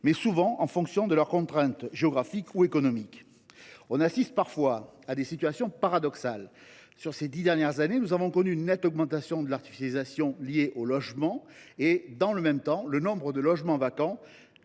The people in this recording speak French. mais, souvent, en fonction de leurs contraintes géographiques ou économiques. On observe parfois aussi des situations paradoxales. Au cours de ces dix dernières années, nous avons connu une nette augmentation de l’artificialisation liée au logement ; or, dans le même temps, le nombre de logements vacants